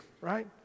right